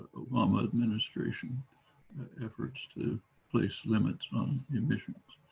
obama administration efforts to place limits on emissions.